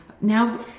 now